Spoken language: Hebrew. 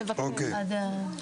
כן.